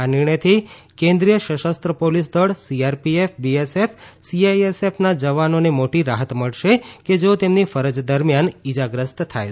આ નિર્ણયથી કેન્દ્રીય સંશસ્ત્ર પોલીસ દળ સીઆરપીએફ બીએસએફ સીઆઇએસએફ ના જવનોને મોટી રાહત મળશે કે જેઓ તેમની ફરજ દરમિયાન ઇજાગ્રસ્ત થાય છે